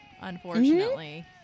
unfortunately